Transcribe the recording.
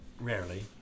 rarely